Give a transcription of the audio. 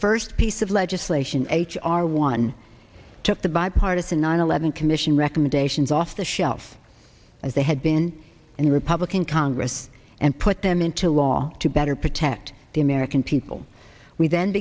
first piece of legislation h r one took the bipartisan nine eleven commission recommendations off the shelf as they had been in republican congress and put them into law to better protect the american people we